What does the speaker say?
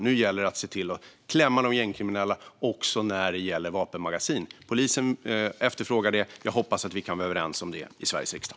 Nu gäller det att se till att klämma åt de gängkriminella också när det gäller vapenmagasin. Polisen efterfrågar det. Jag hoppas att vi kan vara överens om det i Sveriges riksdag.